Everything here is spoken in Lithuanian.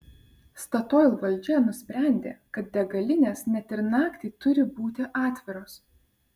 statoil valdžia nusprendė kad degalinės net ir naktį turi būti atviros